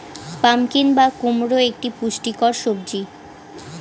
pumpkin বা কুমড়ো একটি পুষ্টিকর সবজি